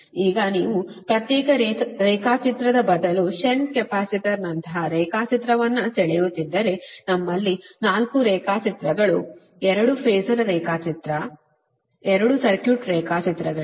ಈಗ ನೀವು ಪ್ರತ್ಯೇಕ ರೇಖಾಚಿತ್ರದ ಬದಲು ಷಂಟ್ ಕೆಪಾಸಿಟರ್ನಂತಹ ರೇಖಾಚಿತ್ರವನ್ನು ಸೆಳೆಯುತ್ತಿದ್ದರೆ ನಮ್ಮಲ್ಲಿ 4 ರೇಖಾಚಿತ್ರಗಳು ಎರಡು ಫಾಸರ್ ರೇಖಾಚಿತ್ರ ಎರಡು ಸರ್ಕ್ಯೂಟ್ ರೇಖಾಚಿತ್ರಗಳಿವೆ